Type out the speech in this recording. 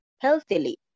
healthily